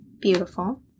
beautiful